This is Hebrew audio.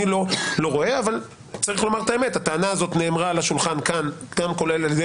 אבל צריך לומר את האמת כי הטענה הזאת נאמרה על השולחן כאן על ידי